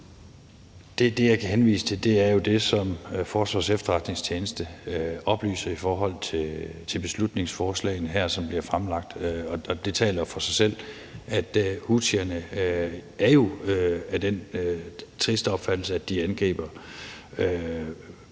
Det, jeg kan henvise til, er jo det, som Forsvarets Efterretningstjeneste oplyser i forhold til de fremsatte beslutningsforslag. Det taler jo for sig selv, at houthierne er af den triste opfattelse, at de angriber civile